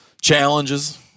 challenges